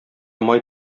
май